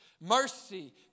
Mercy